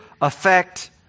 affect